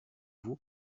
vous